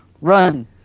Run